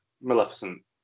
maleficent